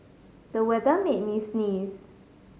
the weather made me sneeze